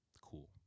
Cool